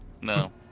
No